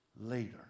later